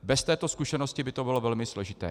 Bez této zkušenosti by to bylo velmi složité.